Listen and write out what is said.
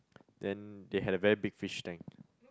then they had a very big fish tank